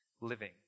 Living